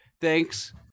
Thanks